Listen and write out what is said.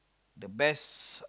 the best